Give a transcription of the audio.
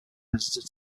visitors